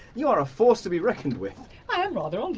you are a force to be reckoned with. i am rather, aren't